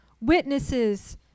witnesses